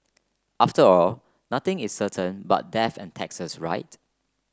after all nothing is certain but death and taxes right